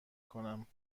کنم